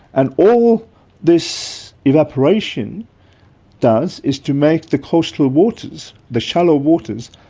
and all this evaporation does is to make the coastal waters, the shallow waters,